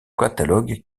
catalogue